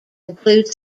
includes